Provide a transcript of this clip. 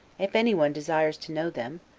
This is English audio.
if any one desire to know them,